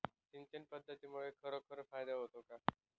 सिंचन पद्धतीमुळे खरोखर फायदा होतो का?